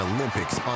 Olympics